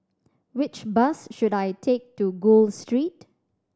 which bus should I take to Gul Street